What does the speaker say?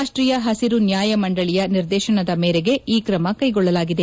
ರಾಷ್ಟೀಯ ಹಸಿರು ನ್ಯಾಯಮಂಡಳಿಯ ನಿರ್ದೇಶನದ ಮೇರೆಗೆ ಈ ಕ್ರಮ ಕೈಗೊಳ್ಳಲಾಗಿದೆ